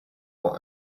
more